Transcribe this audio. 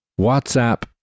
WhatsApp